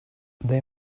they